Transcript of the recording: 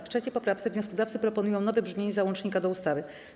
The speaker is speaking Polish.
W 3. poprawce wnioskodawcy proponują nowe brzmienie załącznika do ustawy.